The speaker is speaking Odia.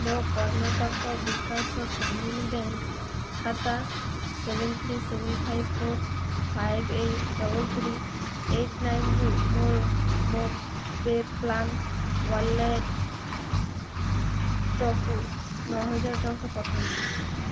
ମୋ କର୍ଣ୍ଣାଟକ ବିକାଶ ଗ୍ରାମୀଣ ବ୍ୟାଙ୍କ ଖାତା seven three seven five four five eight double three eight ନାଇନ୍ରୁ ମୋ ପେ ପ୍ଲାନ୍ ୱାଲେଟ୍କୁ ନଅ ହଜାର ଟଙ୍କା ପଠାନ୍ତୁ